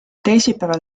teisipäeval